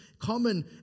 Common